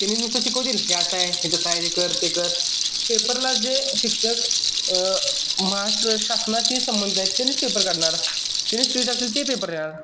त्यांनी नुसतं शिकवतील हे असं आहे हे तसं आहे ते कर ते कर पेपरला जे शिक्षक महाराष्ट्र शासनाशी संबंधित आहेत त्यांनीच पेपर काढणार त्यांनीच ते टाकतील ते पेपरला येणार